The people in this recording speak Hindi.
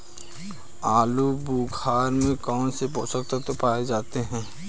आलूबुखारा में कौन से पोषक तत्व पाए जाते हैं?